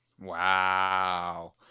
Wow